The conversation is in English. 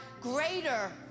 greater